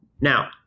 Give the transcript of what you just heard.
Now